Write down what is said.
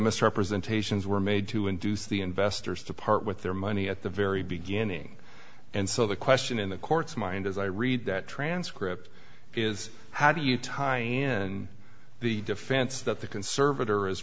misrepresentations were made to induce the investors to part with their money at the very beginning and so the question in the courts mind as i read that transcript is how do you tie in the defense that the conservat